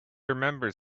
remembered